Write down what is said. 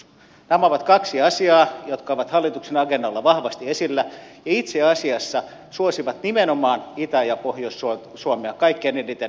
nämä ovat kaksi asiaa jotka ovat hallituksen agendalla vahvasti esillä ja itse asiassa suosivat nimenomaan itä ja pohjois suomea kaikkein eniten mikä on erinomainen asia